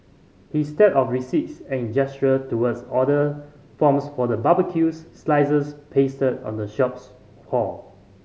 his stack of receipts and gesture towards order forms for the barbecues slices pasted on the shop's hall